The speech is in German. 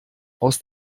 aus